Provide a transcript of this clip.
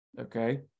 Okay